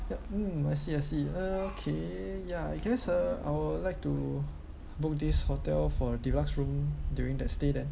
yup mm I see I see uh okay ya I guess uh I would like to book this hotel for deluxe room during the stay then